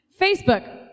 Facebook